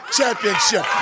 Championship